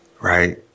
right